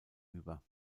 über